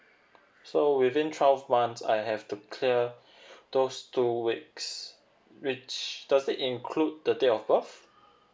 so within twelve months I have to clear those two weeks which does it include the date of birth